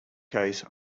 case